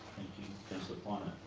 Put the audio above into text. councillor kleinert.